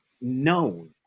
known